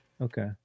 Okay